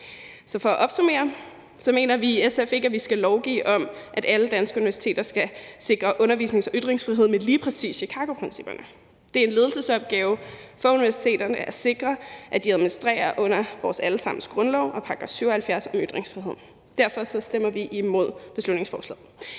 for at opsummere mener vi i SF ikke, at vi skal lovgive om, at alle danske universiteter skal sikre undervisnings- og ytringsfrihed med lige præcis Chicagoprincipperne. Det er en ledelsesopgave for universiteterne at sikre, at de administrerer under vores alle sammens grundlov og dennes § 77 om ytringsfriheden. Derfor stemmer vi imod beslutningsforslaget.